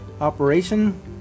Operation